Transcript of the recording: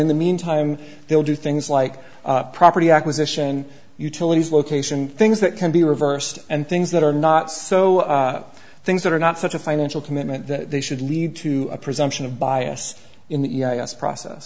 in the meantime they'll do things like property acquisition utilities location things that can be reversed and things that are not so things that are not such a financial commitment that they should lead to a presumption of bias in the process